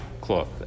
cloth